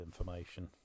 information